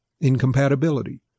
Incompatibility